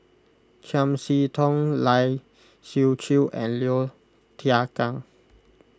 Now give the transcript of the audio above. Chiam See Tong Lai Siu Chiu and Low Thia Khiang